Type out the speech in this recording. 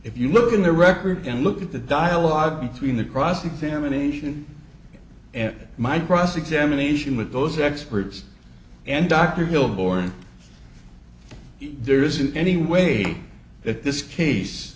if you look in the records and look at the dialogue between the cross examination and my cross examination with those experts and dr hill borne there isn't any way that this case